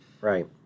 Right